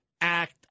act